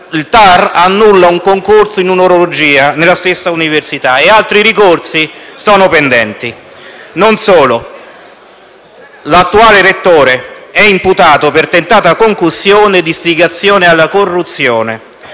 il TAR annulla un concorso in urologia nella stessa università; e altri ricorsi sono pendenti. Non solo. L'attuale rettore è imputato per tentata concussione e istigazione alla corruzione.